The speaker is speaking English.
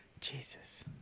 Jesus